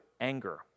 anger